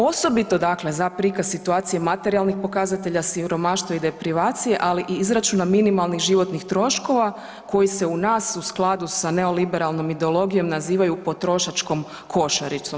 Osobito dakle za prikaz situacije materijalnih pokazatelja, siromaštva i deprivacije ali i izračuna minimalnih životnih troškova koji se u nas u skladu s neoliberalnom ideologijom nazivaju potrošačkom košaricom.